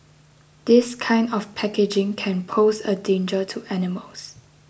this kind of packaging can pose a danger to animals